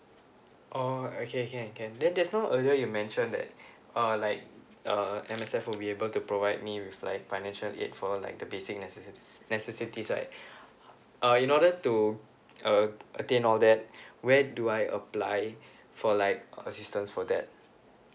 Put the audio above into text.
oh okay can can then just now earlier you mention that uh like uh M_S_F will be able to provide me with like financial aid for like the basic necessi~ necessities right uh in order to uh attain all that where do I apply for like assistance for that